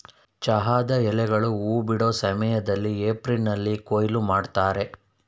ಚಹಾದ ಎಲೆಗಳು ಹೂ ಬಿಡೋ ಸಮಯ್ದಲ್ಲಿ ಏಪ್ರಿಲ್ನಲ್ಲಿ ಕೊಯ್ಲು ಮಾಡ್ತರೆ